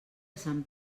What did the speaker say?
sant